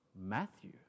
Matthew